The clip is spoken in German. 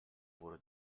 wurde